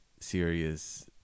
serious